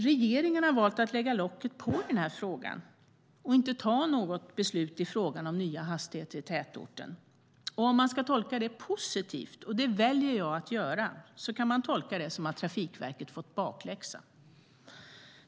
Regeringen har valt att lägga locket på och inte fatta något beslut i fråga om nya hastigheter i tätorten. Om man ska tolka det positivt, och det väljer jag att göra, kan man tolka det som att Trafikverket fått bakläxa.